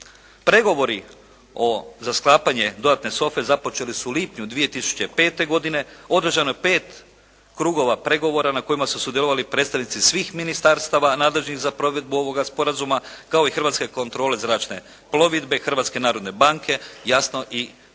Pregovori za sklapanje dodatne sofe započeli su u lipnju 2005. godine, održano je 5 krugova pregovora na kojima su sudjelovali predstavnici svih ministarstava nadležnih za provedbu ovoga sporazuma kao i Hrvatske kontrole zračne plovidbe, Hrvatske narodne banke, jasno i